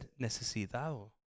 necesitado